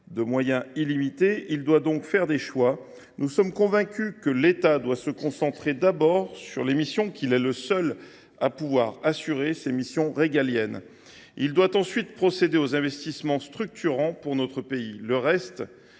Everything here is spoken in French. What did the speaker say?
de moyens illimités, il est contraint de faire des choix. Nous sommes convaincus qu’il doit se concentrer d’abord sur les missions qu’il est le seul à pouvoir assurer : les missions régaliennes. Il doit ensuite procéder aux investissements structurants pour notre pays. Le reste